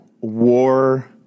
war